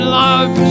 love